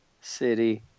City